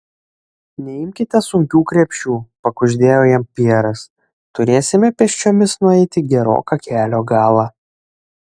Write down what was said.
neimkite sunkių krepšių pakuždėjo jam pjeras turėsime pėsčiomis nueiti geroką kelio galą